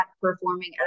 performing